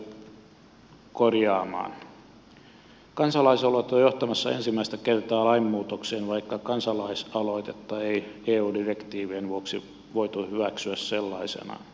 kansalaisaloite on johtamassa ensimmäistä kertaa lainmuutokseen vaikka kansalaisaloitetta ei eu direktiivien vuoksi voitu hyväksyä sellaisenaan